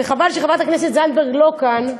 וחבל שחברת הכנסת זנדברג איננה כאן,